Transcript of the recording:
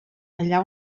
allà